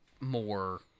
more